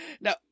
Now